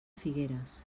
figueres